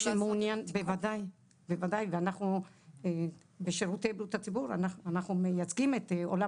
בוודאי ואנחנו בשירותי בריאות הציבור מייצגים את עולם